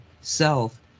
self